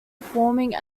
forming